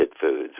foods